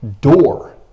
door